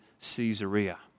Caesarea